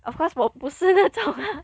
of course 我不是那种 ah